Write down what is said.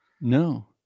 No